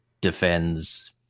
defends